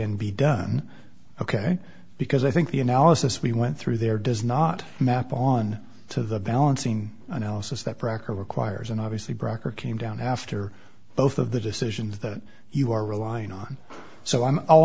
and be done ok because i think the analysis we went through there does not map on to the balancing analysis that brecker requires and obviously brecker came down after both of the decisions that you are relying on so i'm